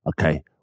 Okay